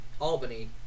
Albany